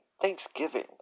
Thanksgiving